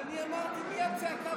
אז אני אמרתי מייד בצעקה.